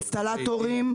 אינסטלטורים,